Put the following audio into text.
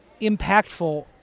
impactful